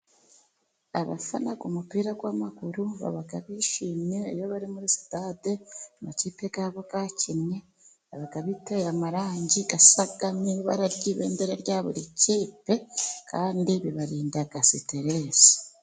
Abafana umupira w'amaguru baba bishimye, iyo bari muri sitade amakipe ya bo yakinnye, baba biteye amarangi asa n'ibara ry'ibendera rya buri kipe, kandi bibarinda siterese.